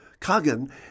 Kagan